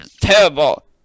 terrible